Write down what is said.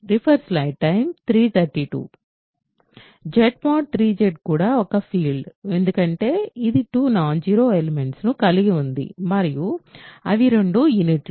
Z mod 3 Z కూడా ఒక field ఎందుకంటే ఇది 2 నాన్ జీరో ఎలిమెంట్స్ కలిగి ఉంది మరియు అవి రెండూ యూనిట్లు